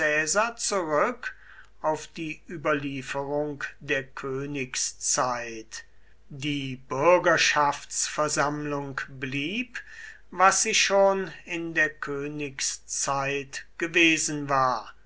zurück auf die überlieferung der königszeit die bürgerschaftsversammlung blieb was sie schon in der königszeit gewesen war